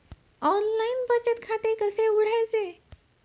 Online बचत खाते कसे उघडायचे?